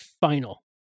final